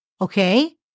Okay